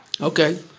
Okay